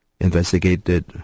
investigated